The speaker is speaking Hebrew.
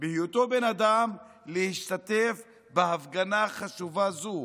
בהיותו בן אדם, להשתתף בהפגנה חשובה זו,